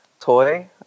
toy